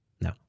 No